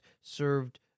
served